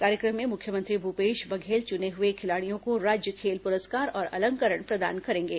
कार्यक्रम में मुख्यमंत्री भूपेश बघेल चुने हुए खिलाड़ियों को राज्य खेल पुरस्कार और अलंकरण प्रदान करेंगे